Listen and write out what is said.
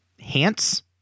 Hans